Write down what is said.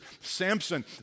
Samson